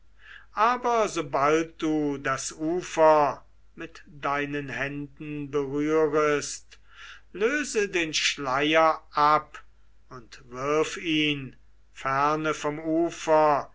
aber sobald du das ufer mit deinen händen berührest löse den schleier ab und wirf ihn ferne vom ufer